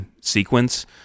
sequence